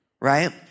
Right